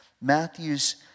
Matthew's